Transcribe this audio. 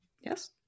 Yes